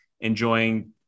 enjoying